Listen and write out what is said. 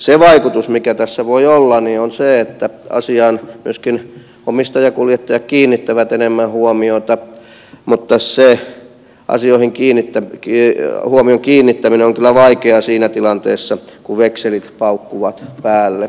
se vaikutus mikä tässä voi olla on se että asiaan myöskin omistajakuljettajat kiinnittävät enemmän huomiota mutta se asioihin huomion kiinnittäminen on kyllä vaikeaa siinä tilanteessa kun vekselit paukkuvat päälle